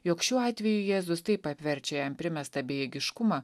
jog šiuo atveju jėzus taip apverčia jam primestą bejėgiškumą